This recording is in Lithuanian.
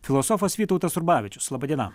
filosofas vytautas rubavičius laba diena